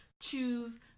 choose